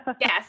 Yes